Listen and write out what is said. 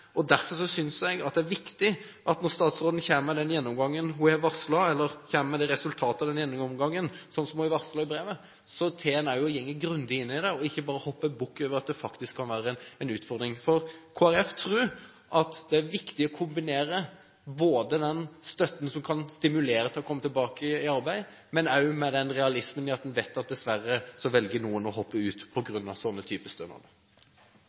Arbeiderpartiet. Derfor synes jeg det er viktig at når statsråden kommer med resultatet av den gjennomgangen, som hun har varslet i brevet, går man grundig inn i det og ikke bare hopper bukk over at det faktisk kan være en utfordring. Kristelig Folkeparti tror det er viktig å kombinere støtte som kan stimulere til å komme tilbake i arbeid, med realisme, for man vet dessverre at noen velger å droppe ut på grunn av sånne typer stønader.